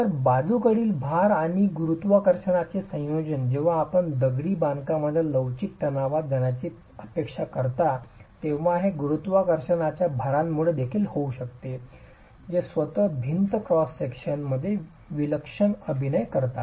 तर बाजूकडील भार आणि गुरुत्वाकर्षणाचे संयोजन जेव्हा आपण दगडी बांधकामाला लवचिक तणावात जाण्याची अपेक्षा करता तेव्हा हे गुरुत्वाकर्षणाच्या भारांमुळे देखील होऊ शकते जे स्वतःच भिंत क्रॉस सेक्शनमध्ये विलक्षण अभिनय करतात